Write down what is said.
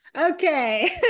okay